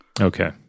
Okay